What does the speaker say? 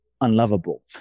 unlovable